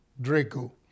Draco